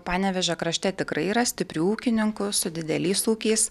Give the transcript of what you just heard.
panevėžio krašte tikrai yra stiprių ūkininkų su dideliais ūkiais